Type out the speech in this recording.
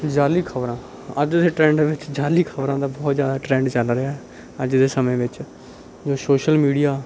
ਜਾਅਲੀ ਖਬਰਾਂ ਅੱਜ ਦੇ ਟਰੈਂਡ ਵਿੱਚ ਜਾਅਲੀ ਖਬਰਾਂ ਦਾ ਬਹੁਤ ਜ਼ਿਆਦਾ ਟਰੈਂਡ ਚੱਲ ਰਿਹਾ ਅੱਜ ਦੇ ਸਮੇਂ ਵਿੱਚ ਜੋ ਸ਼ੋਸ਼ਲ ਮੀਡੀਆ